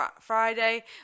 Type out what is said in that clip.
Friday